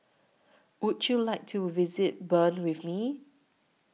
Would YOU like to visit Bern with Me